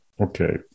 Okay